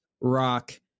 rock